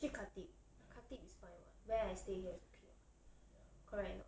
actually khatib khatib is fine [what] where I stay here is okay [what] correct or not